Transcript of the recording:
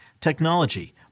technology